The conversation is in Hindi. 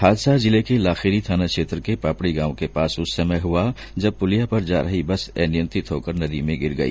हादसा जिले के लाखेरी थाना क्षेत्र के पापड़ी गांव के पास उस समय हुआ जब पुलिया पर जा रही बस अनियंत्रित होकर नदी में गिर गई